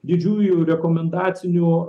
didžiųjų rekomendacinių